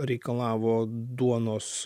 reikalavo duonos